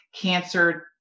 cancer